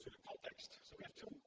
context. so we have two